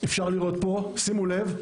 שימו לב,